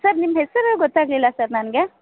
sir ನಿಮ್ಮ ಹೆಸ್ರು ಗೊತಾಗಲಿಲ್ಲ ಸರ್ ನನಗೆ